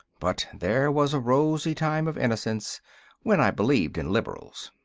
but there was a rosy time of innocence when i believed in liberals.